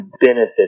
benefit